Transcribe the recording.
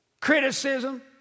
criticism